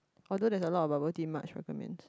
although there is a lot of bubble tea much recommend